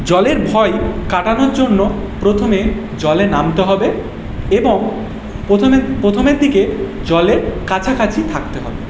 জলের ভয় কাটানোর জন্য প্রথমে জলে নামতে হবে এবং প্রথমে প্রথমের দিকে জলে কাছাকাছি থাকতে হবে